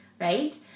right